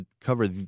cover